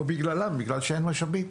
לא בגללם, בגלל שאין משאבים.